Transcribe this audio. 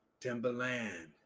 Timberland